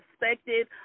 perspective